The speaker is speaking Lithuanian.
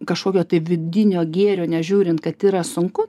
kažkokio tai vidinio gėrio nežiūrint kad yra sunku